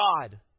God